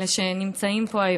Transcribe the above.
אלה שנמצאים פה היום,